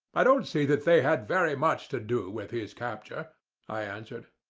i don't see that they had very much to do with his capture i answered.